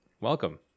welcome